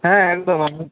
হ্যাঁ একদম একদম